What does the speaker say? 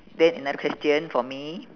then another question for me